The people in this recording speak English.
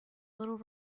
little